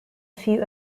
few